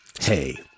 hey